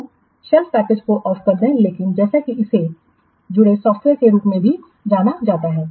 तो shelf package को off कर दें लेकिन जैसा कि इसे जुड़े सॉफ़्टवेयर के रूप में भी जाना जाता है